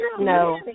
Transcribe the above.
No